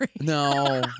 No